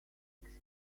excuse